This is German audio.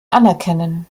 anerkennen